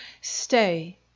Stay